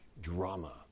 drama